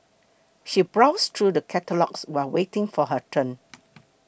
she browsed through the catalogues while waiting for her turn